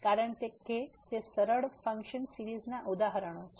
કારણ કે તે સરળ ફંક્શન સીરીઝ ના ઉદાહરણો છે